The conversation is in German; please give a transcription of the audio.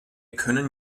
können